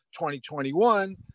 2021